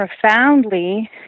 profoundly